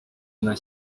nta